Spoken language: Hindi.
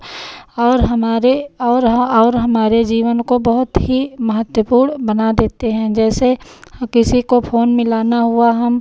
और हमारे और हं और हमारे जीवन को बहुत ही महत्तपूर्ण बना देते हैं जैसे हं किसी को फ़ोन मिलाना हुआ हम